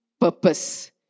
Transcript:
purpose